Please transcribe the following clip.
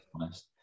Honest